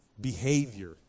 behavior